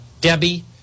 debbie